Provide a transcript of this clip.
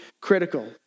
critical